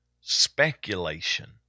speculation